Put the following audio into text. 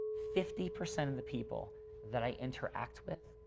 fifty percent of the people that i interact with,